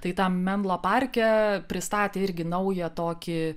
tai tam memla parke pristatė irgi naują tokį